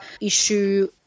issue